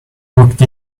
walked